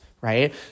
right